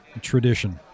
Tradition